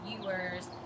viewers